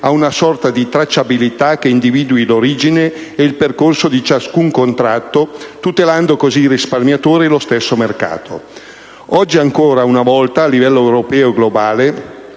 ad una sorta di tracciabilità che individui l'origine e il percorso di ciascun contratto, tutelando così i risparmiatori e lo stesso mercato. Oggi, ancora una volta, a livello europeo e globale,